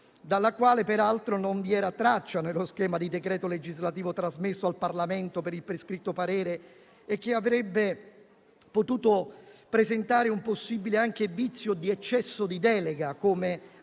della quale peraltro non vi era traccia nello schema di decreto legislativo trasmesso al Parlamento per il prescritto parere e che avrebbe potuto presentare anche un possibile vizio di eccesso di delega, come